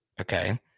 Okay